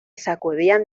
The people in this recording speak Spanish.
sacudían